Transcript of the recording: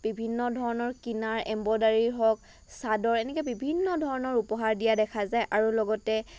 বিভিন্ন ধৰণৰ কিনা এমব্ৰডাইৰী হওক চাদৰ এনেকৈ বিভিন্ন ধৰণৰ উপহাৰ দিয়া দেখা যায় আৰু লগতে